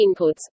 inputs